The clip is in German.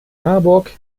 marburg